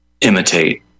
imitate